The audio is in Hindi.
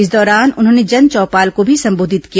इस दौरान उन्होंने जनचौपाल को भी संबोधित किया